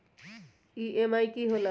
EMI की होला?